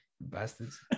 Bastards